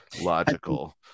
logical